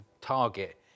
target